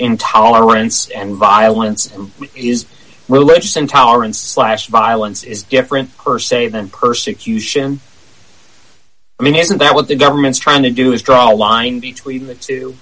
intolerance and violence is religious intolerance slash violence is different her statement persecution i mean isn't that what the government's trying to do is draw a line between